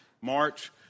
March